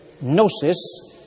gnosis